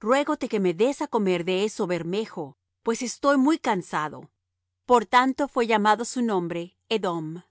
ruégote que me des á comer de eso bermejo pues estoy muy cansado por tanto fué llamado su nombre edom